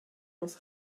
muss